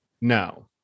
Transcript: no